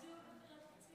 אל תצביעו על התקציב.